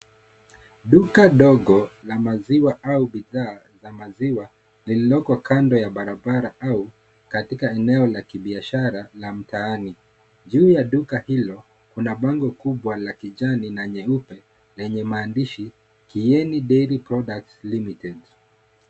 Duka dogo la maziwa au la bidhaa za maziwa lililoko kando ya barabara au katika eneo la kibiashara la mtaani, juu la duka hilo kuna bango kubwa la kijani na nyeupe yenye maadishi Kieni Dairy Products Limited .